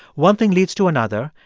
one thing leads to another,